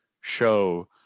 show